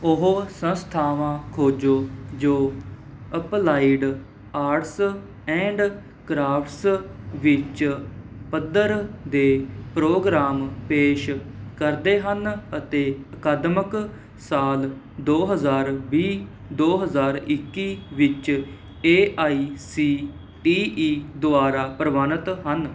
ਉਹ ਸੰਸਥਾਵਾਂ ਖੋਜੋ ਜੋ ਅਪਲਾਈਡ ਆਰਟਸ ਐਂਡ ਕ੍ਰਾਫਟਸ ਵਿੱਚ ਪੱਧਰ ਦੇ ਪ੍ਰੋਗਰਾਮ ਪੇਸ਼ ਕਰਦੇ ਹਨ ਅਤੇ ਅਕਾਦਮਕ ਸਾਲ ਦੋ ਹਜ਼ਾਰ ਵੀਹ ਦੋ ਹਜ਼ਾਰ ਇੱਕੀ ਵਿੱਚ A I C T E ਦੁਆਰਾ ਪ੍ਰਵਾਨਿਤ ਹਨ